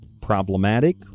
problematic